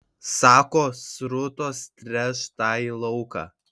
sako srutos tręš tąjį lauką